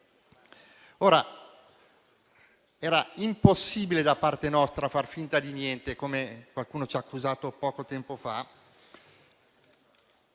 Era impossibile da parte nostra far finta di niente - come qualcuno ci ha accusato poco tempo fa -